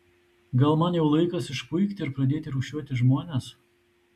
gal man jau laikas išpuikti ir pradėti rūšiuoti žmones